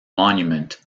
monument